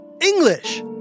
English